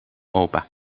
opa